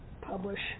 publish